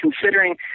considering